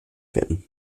werden